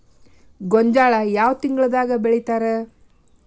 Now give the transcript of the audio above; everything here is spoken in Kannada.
ಗೋಂಜಾಳ ಯಾವ ತಿಂಗಳದಾಗ್ ಬೆಳಿತಾರ?